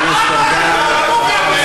חבר הכנסת ארדן,